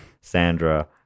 Sandra